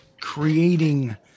creating